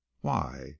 Why